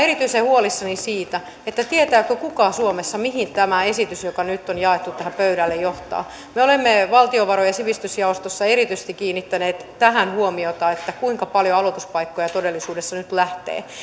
erityisen huolissani siitä tietääkö kukaan suomessa mihin tämä esitys joka nyt on jaettu tähän pöydälle johtaa me olemme valtiovaroissa ja sivistysjaostossa erityisesti kiinnittäneet tähän huomiota kuinka paljon aloituspaikkoja todellisuudessa nyt lähtee